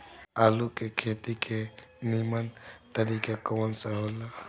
आलू के खेती के नीमन तरीका कवन सा हो ला?